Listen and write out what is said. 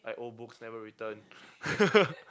I owe books never return